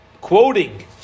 quoting